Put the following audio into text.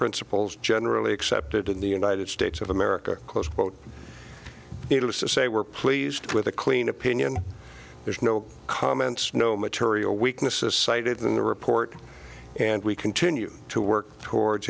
principles generally accepted in the united states of america close quote needless to say we're pleased with the clean opinion there's no comments no material weaknesses cited in the report and we continue to work towards